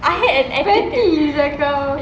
petty sia kau